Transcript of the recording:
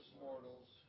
mortals